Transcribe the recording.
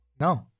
No